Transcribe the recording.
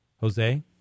jose